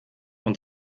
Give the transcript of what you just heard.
und